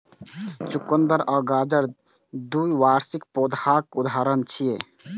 चुकंदर आ गाजर द्विवार्षिक पौधाक उदाहरण छियै